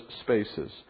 spaces